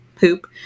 Poop